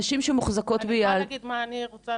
נשים שמוחזקות ביהלו"ם --- אני יכולה להגיד מה אני רוצה,